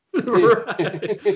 right